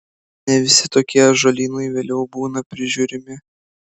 ne visi tokie ąžuolynai vėliau būna prižiūrimi